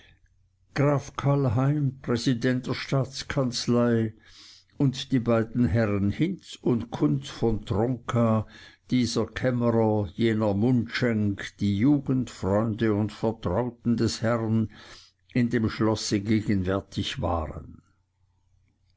graf kallheim präsident der staatskanzlei und die beiden herren hinz und kunz von tronka dieser kämmerer jener mundschenk die jugendfreunde und vertrauten des herrn in dem schlosse gegenwärtig waren